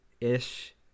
ish